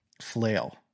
Flail